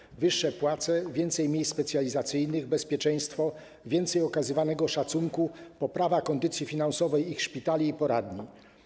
Chodzi o wyższe płace, więcej miejsc specjalizacyjnych, bezpieczeństwo, więcej okazywanego szacunku, poprawę kondycji finansowej ich szpitali i poradni.